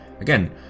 again